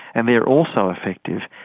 and they are also effective.